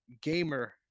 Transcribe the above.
Gamer